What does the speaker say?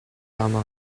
rama